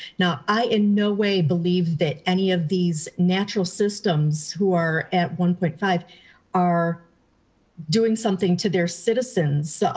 now, i in no way believe that any of these natural systems who are at one point five are doing something to their citizens. so